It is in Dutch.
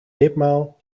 ditmaal